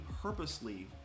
purposely